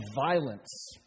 violence